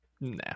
Nah